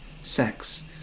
sex